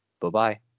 Bye-bye